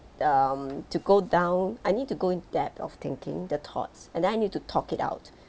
um to go down I need to go in depth of thinking the thoughts and then I need to talk it out